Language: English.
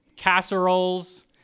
casseroles